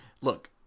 Look